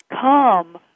come